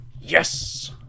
Yes